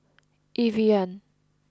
Evian